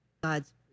God's